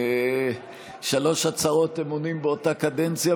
שלוש הצהרות אמונים באותה קדנציה,